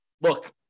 look